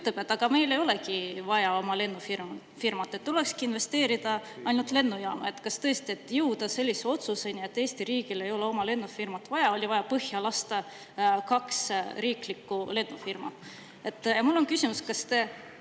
aga meil ei olegi vaja oma lennufirmat ja tulekski investeerida ainult lennujaama. Kas tõesti, et jõuda sellise otsuseni, et Eesti riigil ei ole oma lennufirmat vaja, oli vaja põhja lasta kaks riiklikku lennufirmat? Mul on küsimus, kas te